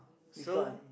reply